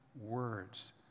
words